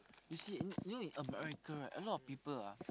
you see in in you know in America right a lot of people ah